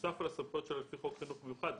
נוסף על הסמכויות שלה לפי חוק חינוך מיוחד,